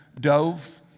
dove